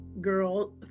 girl